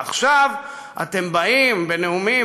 ועכשיו אתם באים בנאומים,